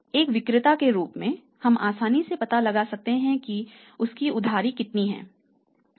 एक विक्रेता के रूप में हम आसानी से पता लगा सकते हैं कि उसकी उधारी कितनी है